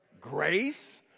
Grace